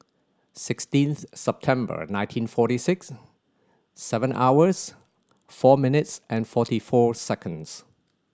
sixteen September nineteen forty six seven hours four minutes and forty four seconds